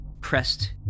pressed